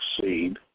seed